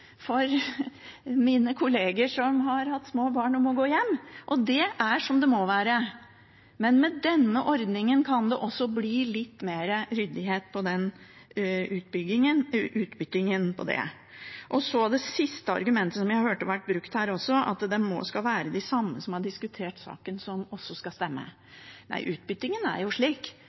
av mine kollegaer som har hatt små barn og har måttet gå hjem. Det er som det må være. Men med denne ordningen kan det også bli litt mer ryddighet når det gjelder utbytting. Så til det siste argumentet som har blitt brukt her: Det skal være de samme som har diskutert saken, som også skal stemme. Nei, utbyttingen er jo slik